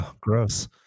gross